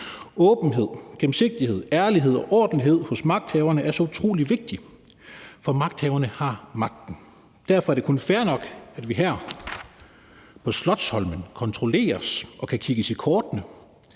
Åbenhed, gennemsigtighed, ærlighed og ordentlighed hos magthaverne er så utrolig vigtigt, for magthaverne har magten. Derfor er det kun fair nok, at vi her på Slotsholmen kontrolleres og kan kigges i kortene,